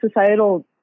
Societal